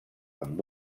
amb